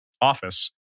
office